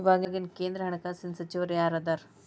ಇವಾಗಿನ ಕೇಂದ್ರ ಹಣಕಾಸಿನ ಸಚಿವರು ಯಾರದರ